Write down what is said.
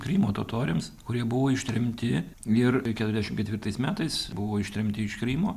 krymo totoriams kurie buvo ištremti ir keturiasdešim ketvirtais metais buvo ištremti iš krymo